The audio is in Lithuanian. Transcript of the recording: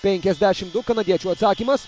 penkiasdešimt du kanadiečių atsakymas